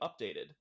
updated